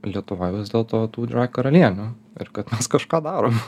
lietuvoj vis dėlto tų karalienių ir kad mes kažką darom